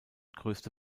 größte